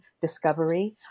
discovery